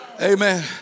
Amen